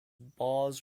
bars